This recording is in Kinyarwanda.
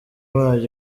bayo